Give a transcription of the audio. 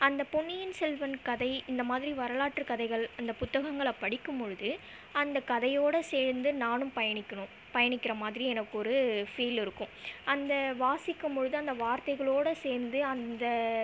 அந்த பொன்னியின் செல்வன் கதை இந்த மாதிரி வரலாற்று கதைகள் அந்த புத்தகங்களை படிக்கும் பொழுது அந்த கதையோட சேர்ந்து நானும் பயணிக்கணும் பயணிக்கிற மாதிரி எனக்கு ஒரு ஃபீல் இருக்கும் அந்த வாசிக்கும் பொழுது அந்த வார்த்தைகளோட சேர்ந்து அந்த